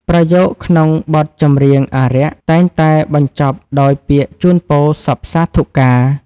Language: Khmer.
ប្រយោគក្នុងបទចម្រៀងអារក្ស តែងតែបញ្ចប់ដោយពាក្យជូនពរសព្វសាធុការ។